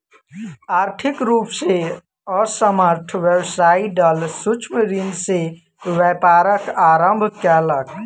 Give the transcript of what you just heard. आर्थिक रूप से असमर्थ व्यवसायी दल सूक्ष्म ऋण से व्यापारक आरम्भ केलक